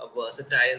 versatile